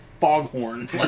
foghorn